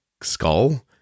skull